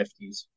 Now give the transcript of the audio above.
50s